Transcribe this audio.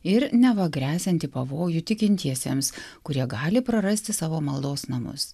ir neva gresiantį pavojų tikintiesiems kurie gali prarasti savo maldos namus